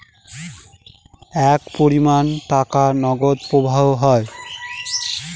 এক পরিমান টাকার নগদ প্রবাহ হয়